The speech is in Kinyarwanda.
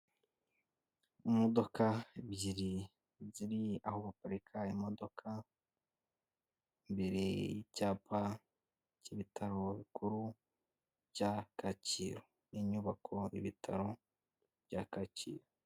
Imodoka ebyiri ziri aho baparika imodoka, imbere y'icyapa cy'ibitaro bikuru cya Kacyiru inyubako ibitaro bya Kacyiru.